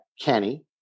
Kenny